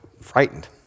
frightened